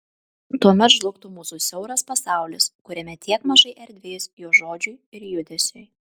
tuomet žlugtų mūsų siauras pasaulis kuriame tiek mažai erdvės jo žodžiui ir judesiui